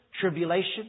tribulation